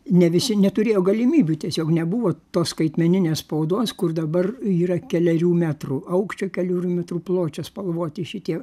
ne visi neturėjo galimybių tiesiog nebuvo tos skaitmeninės spaudos kur dabar yra kelerių metrų aukščio kelerių metrų pločio spalvoti šitie